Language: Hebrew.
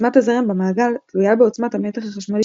עוצמת הזרם במעגל תלויה בעוצמת המתח החשמלי